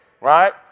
right